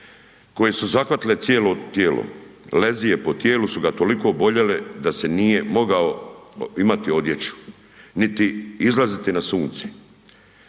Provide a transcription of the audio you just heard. koje su zahvatile cijelo tijelo, lezije po tijelu su ga toliko boljele da se nije mogao imati odjeću, niti izlaziti na sunce.